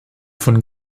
von